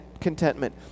contentment